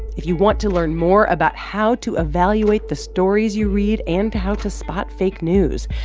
if you want to learn more about how to evaluate the stories you read and how to spot fake news,